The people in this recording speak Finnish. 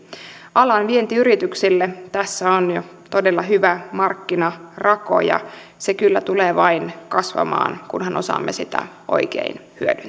alan vientiyrityksille tässä on jo todella hyvä markkinarako ja se kyllä tulee vain kasvamaan kunhan osaamme sitä oikein